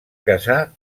casar